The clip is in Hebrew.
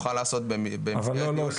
לא,